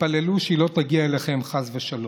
תתפללו שהיא לא תגיע אליכם, חס ושלום.